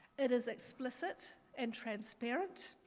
it is explicit and transparent.